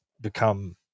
become